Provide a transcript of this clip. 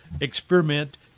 experiment